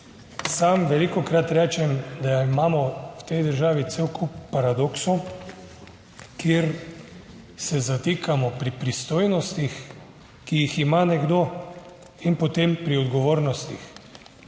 Sam velikokrat rečem, da imamo v tej državi cel kup paradoksov, kjer se zatikamo pri pristojnostih, ki jih ima nekdo, in potem pri odgovornostih,